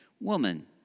Woman